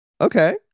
Okay